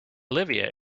olivia